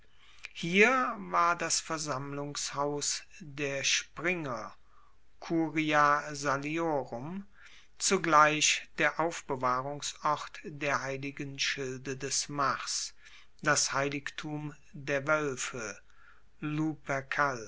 hier war das versammlungshaus der springer curia saliorum zugleich der aufbewahrungsort der heiligen schilde des mars das heiligtum der woelfe